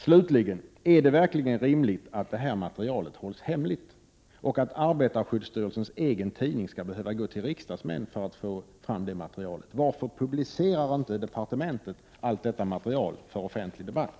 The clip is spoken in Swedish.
Slutligen vill jag fråga: Är det verkligen rimligt att detta material hålls hemligt och att arbetarskyddsstyrelsens egen tidning skall behöva gå till riksdagsmän för att få fram materialet? Varför publicerar inte departementet allt detta material för offentlig debatt?